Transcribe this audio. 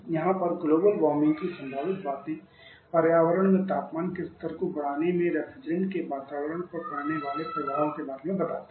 यहां पर global warming की संभावित बातें पर्यावरण में तापमान के स्तर को बढ़ाने में रेफ्रिजरेंट के पर्यावरण पर पड़ने वाले प्रभाव के बारे में बताती हैं